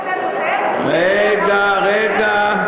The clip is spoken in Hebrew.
רגע, רגע.